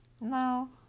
No